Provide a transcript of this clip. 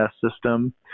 system